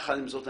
יחד עם זאת,